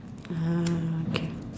uh okay